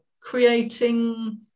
creating